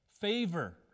favor